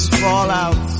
fallout